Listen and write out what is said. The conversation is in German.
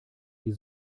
die